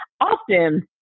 often